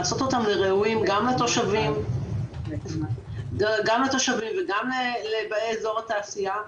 לעשות אותם לראויים גם לתושבים וגם לבאי אזור התעשייה,